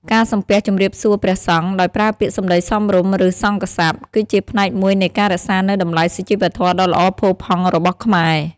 ការសំពះជម្រាបសួរព្រះសង្ឃដោយប្រើពាក្យសម្តីសមរម្យ ឬ សង្ឃសព្ទ គឺជាផ្នែកមួយនៃការរក្សានូវតម្លៃសុជីវធម៌ដ៏ល្អផូរផង់របស់ខ្មែរ។